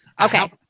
Okay